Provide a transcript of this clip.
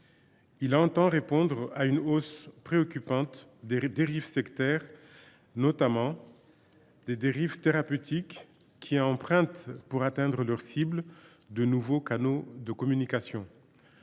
entend répondre à une hausse préoccupante des dérives sectaires, notamment des dérives thérapeutiques, qui empruntent, pour atteindre leurs cibles, de nouveaux canaux de communication.